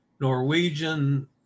Norwegian